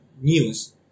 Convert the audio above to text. news